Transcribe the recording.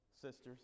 sisters